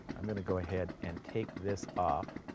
i'm going to go ahead and take this off